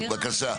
בבקשה,